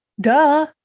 duh